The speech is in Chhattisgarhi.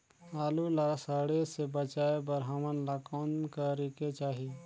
आलू ला सड़े से बचाये बर हमन ला कौन करेके चाही?